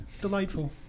Delightful